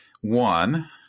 One